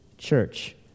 Church